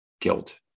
guilt